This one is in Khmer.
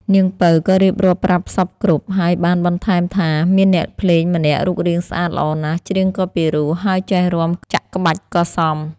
នាងពៅក៏រៀបរាប់ប្រាប់សព្វគ្រប់ ហើយបានបន្ថែមថា មានអ្នកភ្លេងម្នាក់រូបរាងស្អាតល្អណាស់ ច្រៀងក៏ពិរោះ ហើយចេះរាំចាក់ក្បាច់ក៏សម